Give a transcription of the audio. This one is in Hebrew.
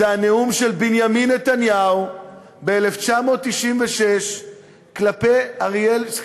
זה הנאום של בנימין נתניהו ב-1996 כלפי אריאל,